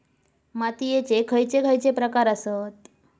मातीयेचे खैचे खैचे प्रकार आसत?